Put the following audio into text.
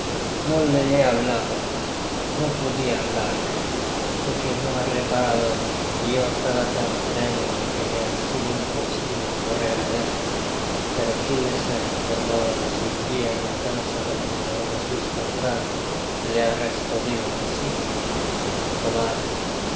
gozono le he hablado no podia tibiarle porque no ha reparado en mi y yo estaba tan trémulo que me ha side imposible correr á él pero giles se ha informado de si vivia en la casa donde le hemos visto entrar y le han respondido que si tomad